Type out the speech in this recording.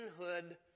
manhood